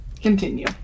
continue